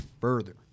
further